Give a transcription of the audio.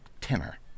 tenor